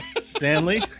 Stanley